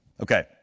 Okay